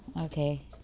Okay